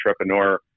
entrepreneur